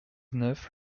neuf